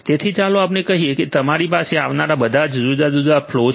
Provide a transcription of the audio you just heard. તેથી ચાલો આપણે કહીએ કે તમારી પાસે આવનારા બધા આ જુદા જુદા ફલૉ છે